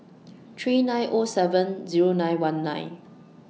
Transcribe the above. three nine O seven Zero nine one nine